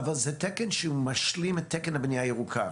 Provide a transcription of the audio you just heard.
אבל זה תקן משלים לתקן הבנייה הירוקה.